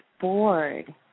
bored